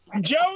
Joe